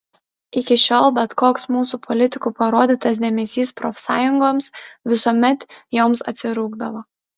iki šiol bet koks mūsų politikų parodytas dėmesys profsąjungoms visuomet joms atsirūgdavo